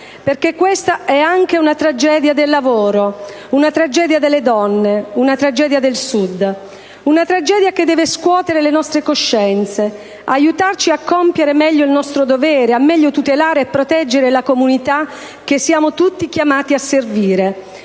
perché questa è anche una tragedia del lavoro, una tragedia delle donne, una tragedia del Sud, una tragedia che deve scuotere le nostre coscienze, aiutarci a compiere meglio il nostro dovere, a meglio tutelare e proteggere la comunità che siamo tutti chiamati a servire.